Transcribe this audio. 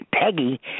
Peggy